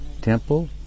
temple